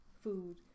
food